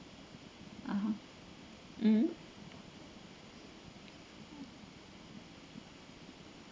ah mm